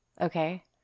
Okay